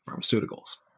Pharmaceuticals